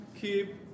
keep